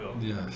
Yes